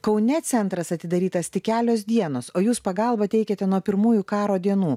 kaune centras atidarytas tik kelios dienos o jūs pagalbą teikiate nuo pirmųjų karo dienų